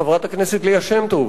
חברת הכנסת ליה שמטוב